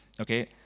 okay